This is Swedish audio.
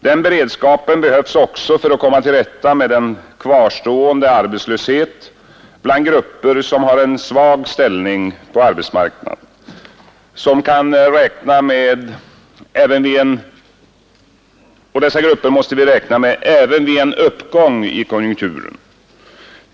Den beredskapen behövs också för att komma till rätta med en kvarstående arbetslöshet bland grupper som har en svag ställning på arbetsmarknaden, och dessa grupper måste vi räkna med även vid en uppgång i konjunkturen.